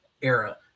era